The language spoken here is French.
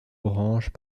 branches